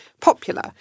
popular